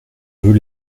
veux